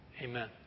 Amen